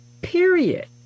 period